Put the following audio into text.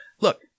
Look